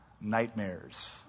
nightmares